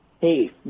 hey